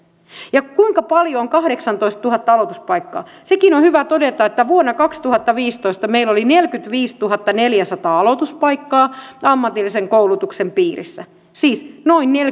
kuinka paljon on kahdeksantoistatuhatta aloituspaikkaa sekin on hyvä todeta että vuonna kaksituhattaviisitoista meillä oli neljäkymmentäviisituhattaneljäsataa aloituspaikkaa ammatillisen koulutuksen piirissä siis noin